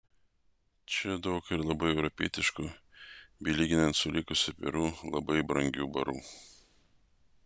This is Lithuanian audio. čia daug ir labai europietiškų bei lyginant su likusia peru labai brangių barų